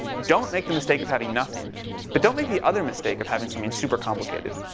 don't make the mistake of having nothing but don't make the other mistake of having something super complicated.